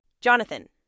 Jonathan